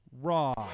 raw